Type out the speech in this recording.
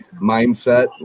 mindset